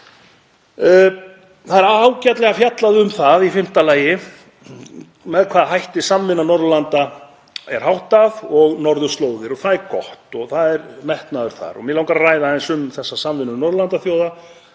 lagi er ágætlega fjallað um það með hvaða hætti samvinnu Norðurlanda er háttað og um norðurslóðir og það er gott að það er metnaður þar. Mig langar að ræða aðeins um þessa samvinnu Norðurlandaþjóða.